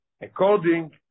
According